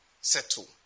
settle